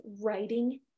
writing